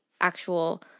actual